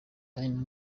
danny